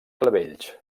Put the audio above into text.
clavells